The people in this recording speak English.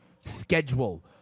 schedule